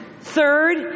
third